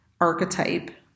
archetype